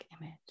image